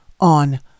on